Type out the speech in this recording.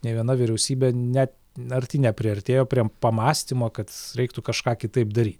nė viena vyriausybė ne arti nepriartėjo prie pamąstymo kad reiktų kažką kitaip daryt